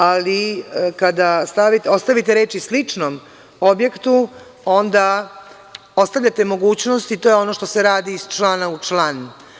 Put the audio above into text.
Ali, kada ostavite reči: „sličnom objektu“ onda ostavljate mogućnost i to je ono što se radi iz člana u član.